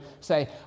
say